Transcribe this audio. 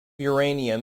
uranium